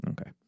Okay